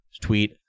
tweet